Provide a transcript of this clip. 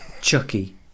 Chucky